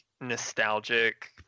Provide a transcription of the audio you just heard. nostalgic